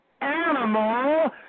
Animal